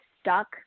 stuck